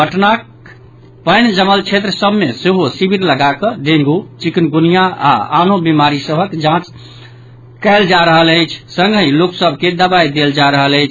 पटनाक पानि जमल क्षेत्र सभ मे सेहो शिविर लगाकऽ डेंगू चिकुनगुनिया आ आनो बीमारी सभक जांच कयल जा रहल अछि संगहि लोक सभ के दवाई देल जा रहल अछि